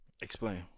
Explain